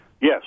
Yes